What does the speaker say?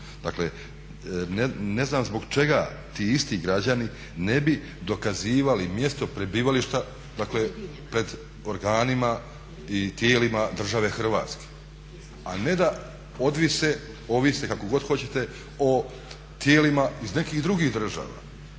Dakle, ne znam zbog čega ti isti građani ne bi dokazivali mjesto prebivališta, dakle pred organima i tijelima države Hrvatske. A ne da odvise, ovise kako god hoćete o tijelima iz nekih drugih država.